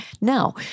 Now